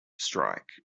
strike